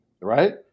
Right